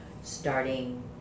starting